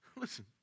Listen